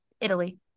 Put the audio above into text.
Italy